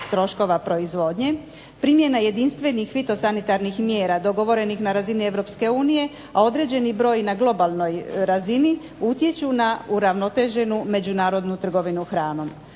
troškova proizvodnje, primjena jedinstvenih fito sanitarnih mjera dogovorenih na razini Europske unije, a određeni broj na globalnoj razini utječu na uravnoteženu međunarodnu trgovinu hranom.